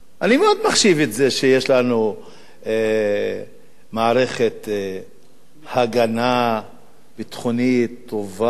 אני מאוד מחשיב את זה שיש לנו מערכת הגנה ביטחונית טובה,